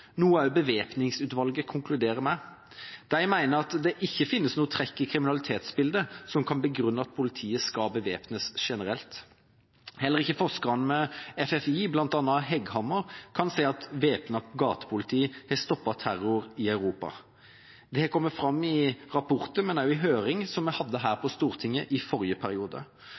noe også bevæpningsutvalget konkluderer med. De mener at det ikke finnes noen trekk i kriminalitetsbildet som kan begrunne at politiet skal bevæpnes generelt. Heller ikke forskere ved FFI, bl.a. Thomas Hegghammer, kan se at væpnet gatepoliti har stoppet terror i Europa. Det kommer fram i rapporter, men også i en høring vi hadde her på Stortinget i forrige periode.